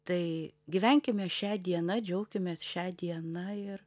tai gyvenkime šia diena džiaukimės šia diena ir